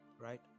Right